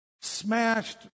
smashed